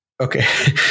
Okay